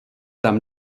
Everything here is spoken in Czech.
tam